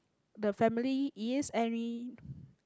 the family is and we